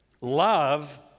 Love